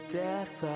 death